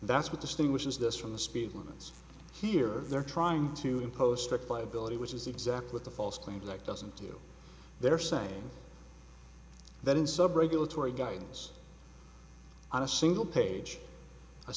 that's what distinguishes this from the speed limits here they're trying to impose strict liability which is exact with a false claim that doesn't do they are saying that in sub regulatory guidance on a single page